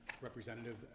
representative